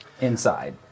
inside